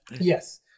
Yes